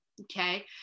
okay